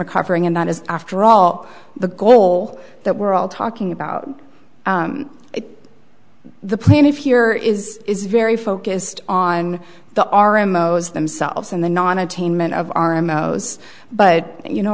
recovering and that is after all the goal that we're all talking about it the plaintiff here is is very focused on the our emotions themselves and the non attainment of our most but you know